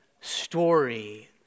story